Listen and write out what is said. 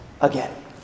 again